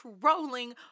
trolling